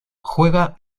juega